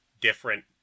different